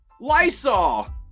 Lysol